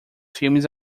filmes